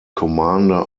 commander